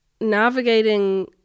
navigating